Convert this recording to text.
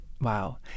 Wow